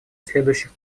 следующих